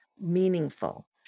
meaningful